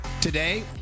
Today